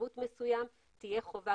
שירות מסוים תהיה חובה,